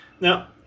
Now